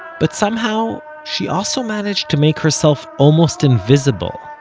but somehow she also managed to make herself almost invisible.